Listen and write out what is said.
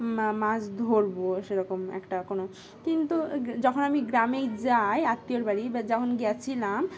মাছ ধরবো সেরকম একটা কোনো কিন্তু যখন আমি গ্রামেই যাই আত্মীয়র বাড়ি বা যখন গেছিলাম